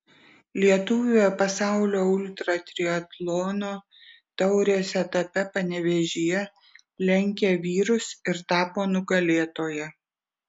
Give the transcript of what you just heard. lietuvė pasaulio ultratriatlono taurės etape panevėžyje lenkė vyrus ir tapo nugalėtoja